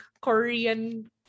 Korean